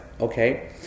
Okay